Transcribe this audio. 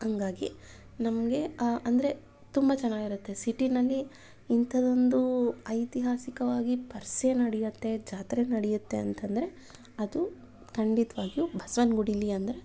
ಹಾಗಾಗಿ ನಮಗೆ ಅಂದರೆ ತುಂಬ ಚೆನ್ನಾಗಿರುತ್ತೆ ಸಿಟಿಯಲ್ಲಿ ಇಂಥದ್ದೊಂದು ಐತಿಹಾಸಿಕವಾಗಿ ಪರಿಷೆ ನಡೆಯತ್ತೆ ಜಾತ್ರೆ ನಡೆಯತ್ತೆ ಅಂತಂದರೆ ಅದು ಖಂಡಿತವಾಗಿಯೂ ಬಸವನಗುಡಿಲಿ ಅಂದರೆ